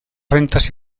rentas